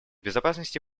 безопасности